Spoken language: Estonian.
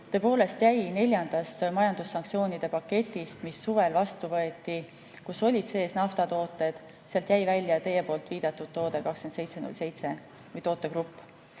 Tõepoolest jäi neljandast majandussanktsioonide paketist, mis suvel vastu võeti ja kus olid sees naftatooted, välja teie viidatud toode või tootegrupp